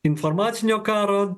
informacinio karo